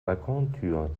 balkontür